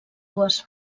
dues